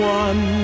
one